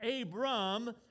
Abram